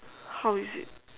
how is it